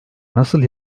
nasıl